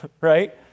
right